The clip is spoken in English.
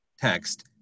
text